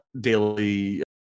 Daily